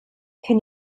can